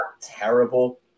terrible